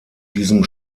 diesem